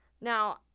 Now